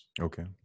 Okay